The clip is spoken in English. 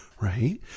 right